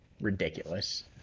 Ridiculous